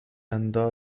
andò